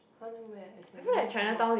!huh! then where as in where you want go tomorrow